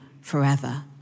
forever